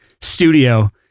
Studio